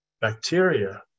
bacteria